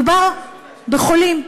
מדובר בחולים,